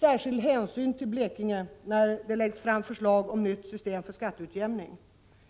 Särskild hänsyn bör tas till Blekinge när förslag om nytt system för skatteutjämning läggs